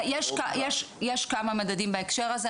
יש כמה מדדים בהקשר הזה,